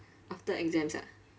after exams ah